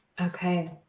Okay